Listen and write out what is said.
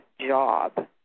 job